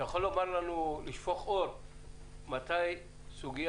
אתה יכול לומר לנו מתי סוגיית